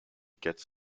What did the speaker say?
quatre